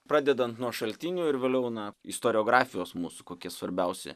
pradedant nuo šaltinių ir vėliau na istoriografijos mūsų kokie svarbiausi